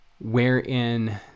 wherein